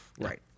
Right